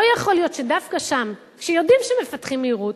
לא יכול להיות שדווקא שם, שיודעים שמפתחים מהירות,